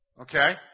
Okay